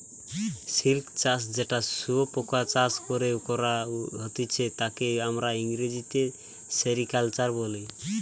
silk চাষ যেটা শুয়োপোকা চাষ করে করা হতিছে তাকে আমরা ইংরেজিতে সেরিকালচার বলি